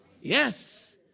Yes